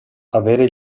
avere